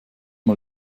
mal